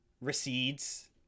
recedes